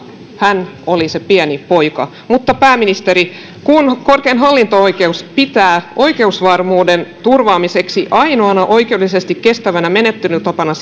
hän oli se pieni poika mutta pääministeri kun korkein hallinto oikeus pitää oikeusvarmuuden turvaamiseksi ainoana oikeudellisesti kestävänä menettelytapana